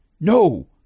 No